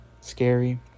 scary